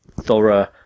thorough